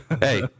Hey